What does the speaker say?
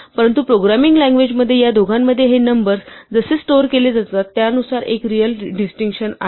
परंतु programming language मध्ये या दोघांमध्ये हे नंबर्स जसे स्टोअर केले जातात त्यानुसार एक रिअल डिस्टिंक्शन आहे